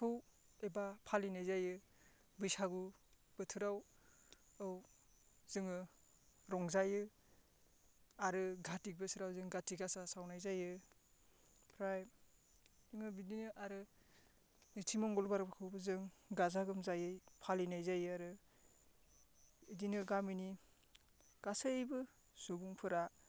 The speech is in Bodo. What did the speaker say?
एबा फालिनाय जायो बैसागु बोथोराव औ जोङो रंजायो आरो कातिक बोसोराव जोङो कातिगासा सावनाय जायो फ्राय जोङो बिदिनो आरो नैथि मंगलबारखौबो जों गाजा गोमजायै फालिनाय जायो आरो इदिनो गामिनि गासैबो सुबुंफोरा